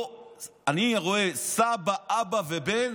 אני רואה סבא, אבא ובן,